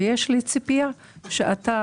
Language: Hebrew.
ויש לי ציפייה שאתה